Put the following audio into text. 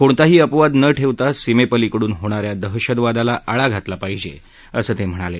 कोणताही अपवाद न ठेवता सीमेपलीकडून होणाऱ्या दहशतवादाला आळा घातला पाहिजे असं ते म्हणाले